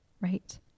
right